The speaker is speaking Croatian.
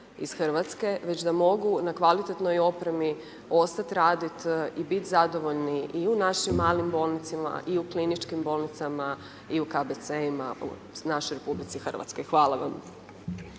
iz Hrvatske već da mogu na kvalitetnoj opremi ostati radit i bit zadovoljni i u našim malim bolnicama i u kliničkim bolnicama i u KBC-ima u našoj RH. Hvala.